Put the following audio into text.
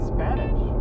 Spanish